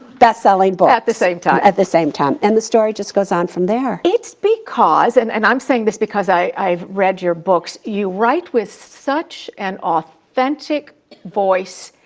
best-selling book. at the same time. at the same time. and the story just goes on from there. it's because, and and i'm saying this because i've read your books, you write with such an authentic voice.